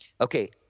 okay